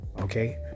okay